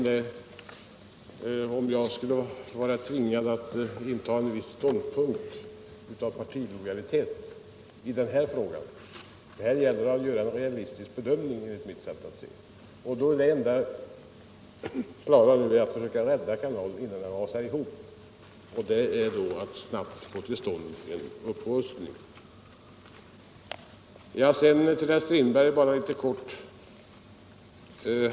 Frågan om jag skulle vara tvingad att inta en viss ståndpunkt i denna fråga på grund av partilojalitet tycker jag är oväsentlig. Här gäller det enligt mitt sätt att se att göra en realistisk bedömning, och då är det enda man bör göra att försöka klara kanalen innan den rasar ihop. Det gäller alltså att snabbt få till stånd en upprustning. Jag vill sedan vända mig till herr Strindberg.